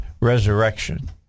resurrection